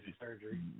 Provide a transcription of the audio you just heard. surgery